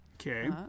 Okay